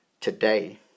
today